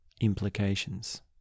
implications